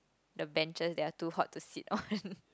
the benches that are too hot to sit on